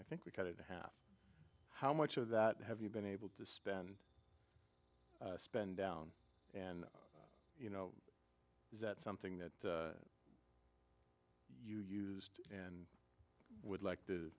i think we kind of half how much of that have you been able to spend spend and you know is that something that you used and would like to